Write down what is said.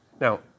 Now